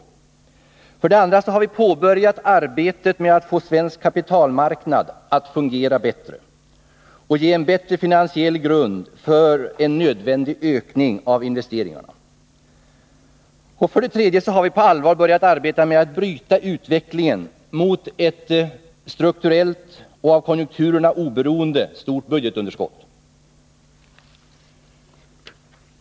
Vi har för det andra påbörjat arbetet med att få svensk kapitalmarknad att fungera bättre och ge en bättre finansiell grund för en nödvändig ökning av investeringarna. Vi har för det tredje på allvar börjat arbeta med att bryta utvecklingen mot ett strukturellt och av konjunkturerna oberoende stort budgetunderskott.